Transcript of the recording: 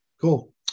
Cool